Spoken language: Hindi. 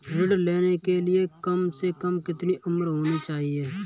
ऋण लेने के लिए कम से कम कितनी उम्र होनी चाहिए?